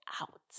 Out